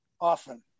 often